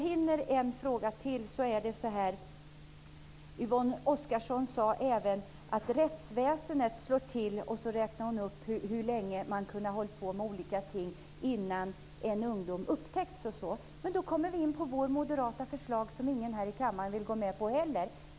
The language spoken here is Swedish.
Yvonne Oscarsson sade även att rättsväsendet slår till och räknade sedan upp hur länge man kan ha hållit på med olika ting innan en ung människa upptäcks. Men då kommer vi in på vårt moderata förslag som ingen här i kammaren vill stödja.